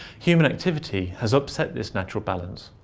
human activity has upset this natural balance.